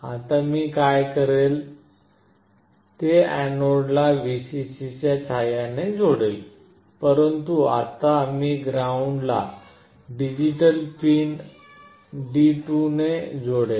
आता मी काय करेल ते एनोडला Vcc च्या सहाय्याने जोडेल परंतु आता मी ग्राउंडला डिजिटल पिन D2 ने जोडेल